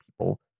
people